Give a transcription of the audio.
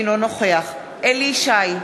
אינו נוכח אליהו ישי,